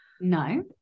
No